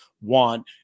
want